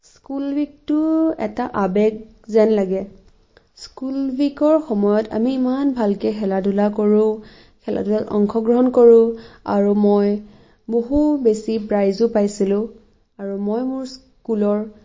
school উইকটো এটা আৱেগ যেন লাগে স্কুল উইকৰ সময়ত আমি ইমান ভালকে খেলা ধূলা কৰোঁ খেলা ধূলাত অংশগ্ৰহণ কৰোঁ আৰু মই বহু বেছি প্ৰাইজো পাইছিলোঁ আৰু মই মোৰ স্কুলৰ